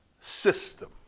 system